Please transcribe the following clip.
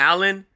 Alan